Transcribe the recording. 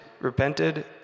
Repented